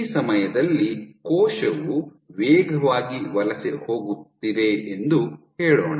ಈ ಸಮಯದಲ್ಲಿ ಕೋಶವು ವೇಗವಾಗಿ ವಲಸೆ ಹೋಗುತ್ತಿದೆ ಎಂದು ಹೇಳೋಣ